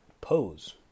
Pose